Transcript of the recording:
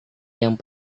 yang